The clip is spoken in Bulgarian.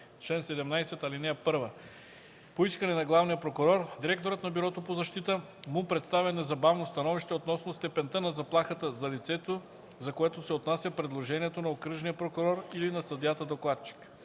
„Чл. 17. (1) По искане на главния прокурор директорът на Бюрото по защита му представя незабавно становище относно степента на заплахата за лицето, за което се отнася предложението на окръжния прокурор или на съдията-докладчик.